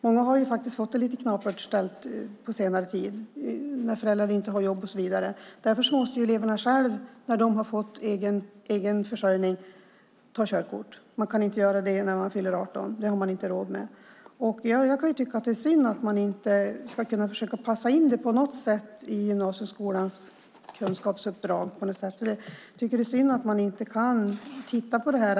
Många har faktiskt fått det lite knapert ställt på senare tid när föräldrar inte har jobb och så vidare. Därför måste eleverna själva betala körkortet när de har fått en egen försörjning. Man kan inte göra det när man fyller 18 år. Det har man inte råd med. Jag tycker att det är synd att man inte kan försöka passa in det på något sätt i gymnasieskolans kunskapsuppdrag. Jag tycker att det är synd att man inte kan titta på detta.